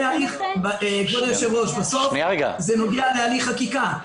אדוני היושב-ראש, בסוף זה נוגע להליך חקיקה.